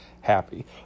happy